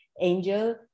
angel